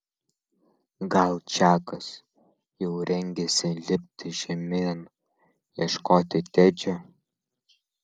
gal čakas jau rengėsi lipti žemyn ieškoti tedžio